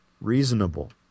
reasonable